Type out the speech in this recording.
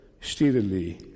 steadily